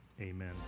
amen